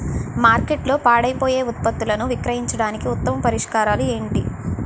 మార్కెట్లో పాడైపోయే ఉత్పత్తులను విక్రయించడానికి ఉత్తమ పరిష్కారాలు ఏంటి?